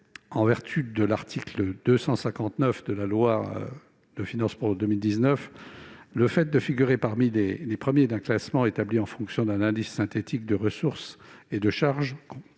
en vertu de l'article 259 de cette loi, le fait de figurer parmi les premiers d'un classement établi en fonction d'un indice synthétique de ressources et de charges